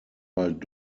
bald